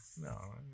no